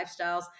lifestyles